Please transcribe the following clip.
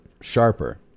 sharper